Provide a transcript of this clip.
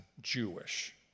Jewish